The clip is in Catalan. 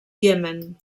iemen